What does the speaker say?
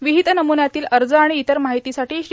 विहित नमुन्यातील अर्ज आणि इतर माहितीसाठी श्री